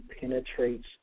penetrates